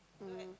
mm